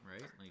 right